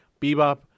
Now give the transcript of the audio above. Bebop